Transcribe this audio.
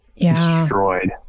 destroyed